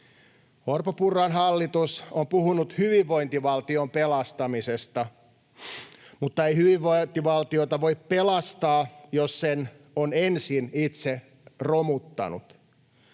Orpon—Purran hallitus on puhunut hyvinvointivaltion pelastamisesta, mutta ei hyvinvointivaltiota voi pelastaa, jos sen on ensin itse romuttanut.